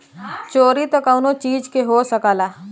चोरी त कउनो चीज के हो सकला